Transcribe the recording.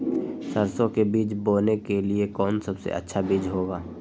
सरसो के बीज बोने के लिए कौन सबसे अच्छा बीज होगा?